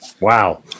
Wow